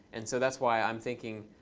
and so that's why i'm thinking